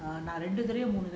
was very nice